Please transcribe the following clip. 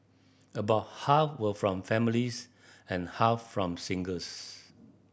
about half were from families and half from singles